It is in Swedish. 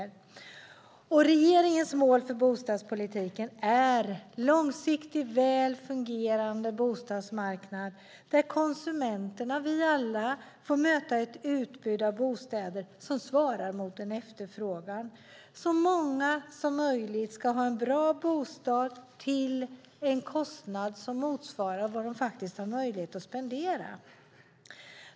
Regeringens mål för bostadspolitiken är en långsiktig väl fungerande bostadsmarknad där konsumenterna, vi alla, får möta ett utbud av bostäder som svarar mot en efterfrågan. Så många som möjligt ska ha en bra bostad till en kostnad som motsvarar vad de har möjlighet att spendera.